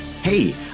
Hey